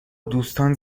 دوستان